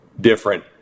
different